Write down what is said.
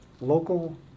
Local